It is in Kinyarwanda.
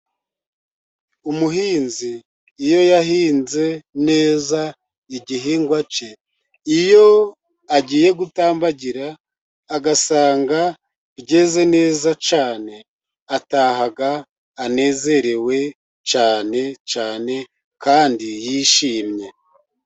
Umuhinzi iyo yahinze neza igihingwa cye, iyo agiye gutambagira agasanga byeze neza cyane, ataha anezerewe cyane cyane kandi yishimye.